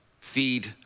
feed